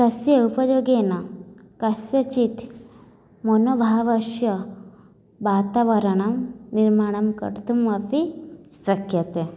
तस्य उपयोगेन कस्यचित् मनोभावस्य वातावरणं निर्माणं कर्तुमपि शक्यते